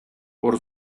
por